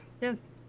Yes